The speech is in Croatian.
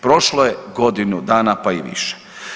Prošlo je godinu dana, pa i više.